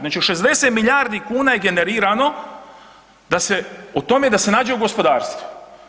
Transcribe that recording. Znači 60 milijardi kuna je generirano da se, o tome da se nađe u gospodarstvu.